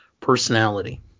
personality